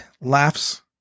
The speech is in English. laughs